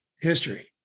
History